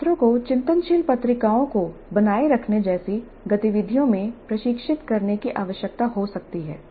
छात्रों को चिंतनशील पत्रिकाओं को बनाए रखने जैसी गतिविधियों में प्रशिक्षित करने की आवश्यकता हो सकती है